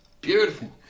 Beautiful